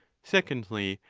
secondly,